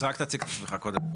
אז רק תציג את עצמך קודם.